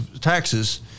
taxes